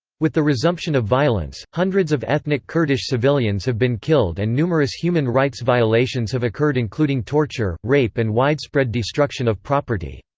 with the resumption of violence, hundreds of ethnic kurdish civilians have been killed and numerous human rights violations have occurred including torture, rape and widespread destruction of property.